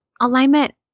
Alignment